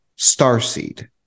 starseed